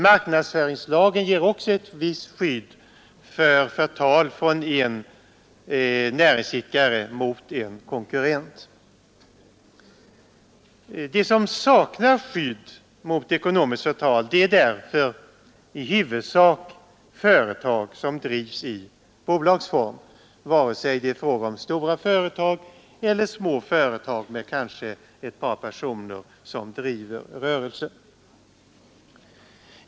Marknadsföringslagen ger även ett visst skydd mot förtal från en näringsidkare mot en konkurrent. De som saknar skydd mot ekonomiskt förtal är därför i huvudsak företag som drivs i bolagsform, vare sig det är fråga om stora företag eller små företag med kan ett par personer som driver rörelse.